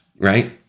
right